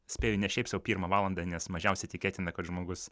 spėju ne šiaip sau pirmą valandą nes mažiausiai tikėtina kad žmogus